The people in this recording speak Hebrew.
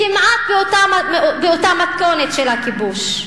כמעט באותה מתכונת של הכיבוש.